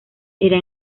era